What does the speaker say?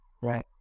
Right